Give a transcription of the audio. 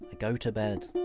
ah go to bed.